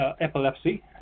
Epilepsy